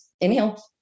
Inhale